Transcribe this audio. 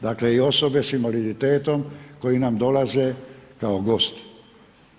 Dakle, i osobe s invaliditetom koji nam dolaze kao gosti.